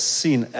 seen